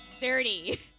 Dirty